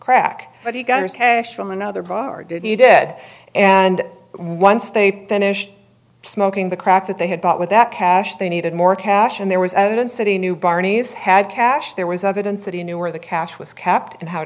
crack but he got her from another bar did he did and one state then ish smoking the crack that they had bought with that cash they needed more cash and there was evidence that he knew barney's had cash there was evidence that he knew where the cash was kept and how